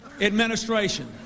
administration